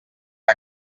que